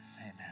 amen